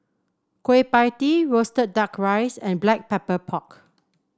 Kueh Pie Tee roasted duck rice and Black Pepper Pork